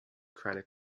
credit